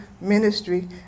ministry